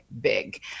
big